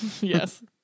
Yes